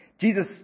Jesus